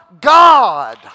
God